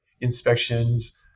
inspections